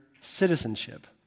citizenship